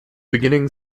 beginning